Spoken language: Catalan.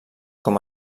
com